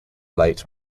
late